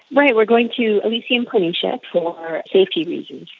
right, we're going to elysium planitia, for safety reasons.